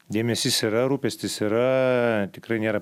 dėmesys yra rūpestis yra tikrai nėra